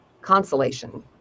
consolation